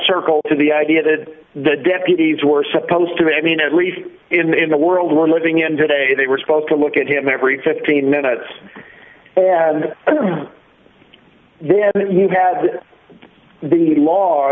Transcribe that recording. circle to the idea that the deputies were supposed to i mean at least in the world we're living in today they were supposed to look at him every fifteen minutes and then you had the